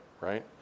right